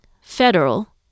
federal